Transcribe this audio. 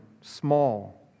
small